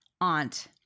aunt